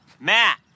Matt